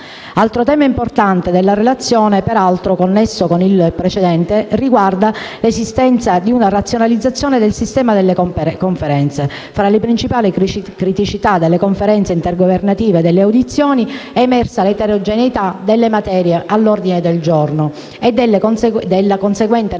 Altro tema importante della relazione, peraltro connesso con il precedente, riguarda l'esigenza di una razionalizzazione del sistema delle Conferenze. Fra le principali criticità delle Conferenze intergovernative, dalle audizioni è emersa l'eterogeneità delle materie all'ordine del giorno e la conseguente necessità